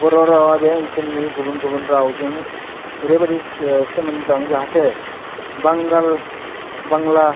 बर' रावआ बे ओनसोलनि गुबुन गुबुन रावजों ओरैबायदि सोमोन्दो दं जाहाथे बांगाल बांला